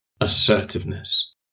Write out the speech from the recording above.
assertiveness